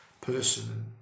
person